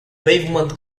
pavement